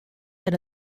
than